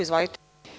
Izvolite.